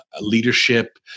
leadership